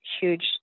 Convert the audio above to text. huge